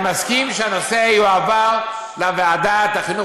אבל אני מסכים שהנושא יועבר לוועדת החינוך